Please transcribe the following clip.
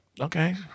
okay